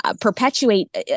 perpetuate